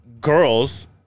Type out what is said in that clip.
girls